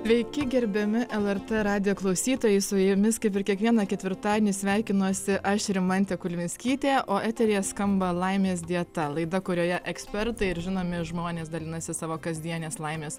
sveiki gerbiami lrt radijo klausytojai su jumis kaip ir kiekvieną ketvirtadienį sveikinuosi aš rimantė kulvinskytė o eteryje skamba laimės dieta laida kurioje ekspertai ir žinomi žmonės dalinasi savo kasdienės laimės